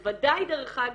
בוודאי, דרך אגב,